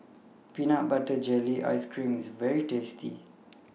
Peanut Butter Jelly Ice Cream IS very tasty